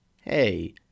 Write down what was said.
Hey